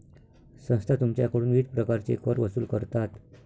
संस्था तुमच्याकडून विविध प्रकारचे कर वसूल करतात